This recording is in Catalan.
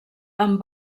amb